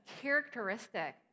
characteristic